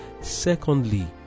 secondly